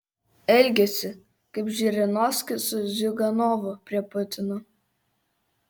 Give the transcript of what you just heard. elgiasi kaip žirinovskis su ziuganovu prie putino